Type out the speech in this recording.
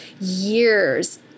years